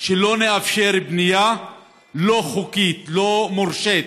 לא נאפשר בנייה לא חוקית, לא מורשית,